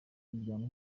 miryango